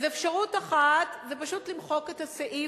אז אפשרות אחת זה פשוט למחוק את הסעיף,